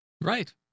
Right